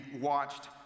watched